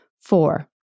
Four